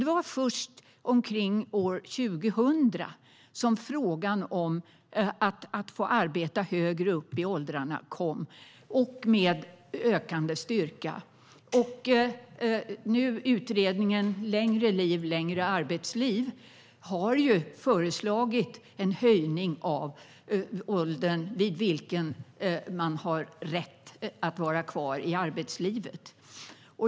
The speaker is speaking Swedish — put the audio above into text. Det var först omkring år 2000 som frågan om att få arbeta högre upp i åldrarna kom med ökande styrka. Nu har utredningen Längre liv, längre arbetsliv föreslagit en höjning av den ålder som man har rätt att vara kvar i arbetslivet.